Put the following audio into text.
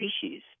species